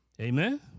Amen